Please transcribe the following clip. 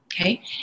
okay